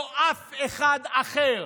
לא אף אחד אחר.